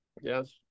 yes